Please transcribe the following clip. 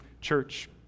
church